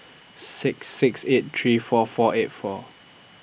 six six eight three four four eight four